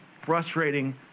frustrating